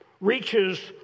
reaches